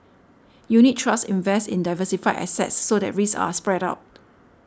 unit trusts invest in diversified assets so that risks are spread out